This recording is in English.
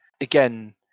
again